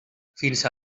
fins